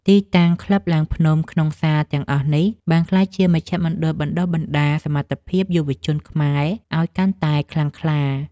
ទីតាំងក្លឹបឡើងភ្នំក្នុងសាលទាំងអស់នេះ បានក្លាយជាមជ្ឈមណ្ឌលបណ្ដុះបណ្ដាលសមត្ថភាពយុវជនខ្មែរឱ្យកាន់តែខ្លាំងក្លា។